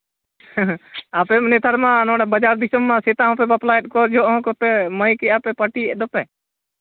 ᱦᱮᱸ ᱟᱯᱮ ᱱᱮᱛᱟᱨ ᱢᱟ ᱱᱚᱰᱮ ᱵᱟᱡᱟᱨ ᱫᱤᱥᱚᱢ ᱢᱟ ᱱᱚᱰᱮ ᱥᱮᱛᱟᱜ ᱦᱚᱸᱯᱮ ᱵᱟᱯᱞᱟᱭᱮᱫ ᱠᱚᱣᱟ ᱡᱚᱦᱚᱜ ᱢᱟᱹᱭᱤᱠᱮᱫᱼᱟ ᱯᱮ ᱯᱟᱹᱴᱤᱭᱮᱫ ᱫᱚᱯᱮ